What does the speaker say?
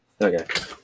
Okay